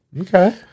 Okay